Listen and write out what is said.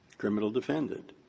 criminal defendant.